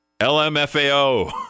LMFAO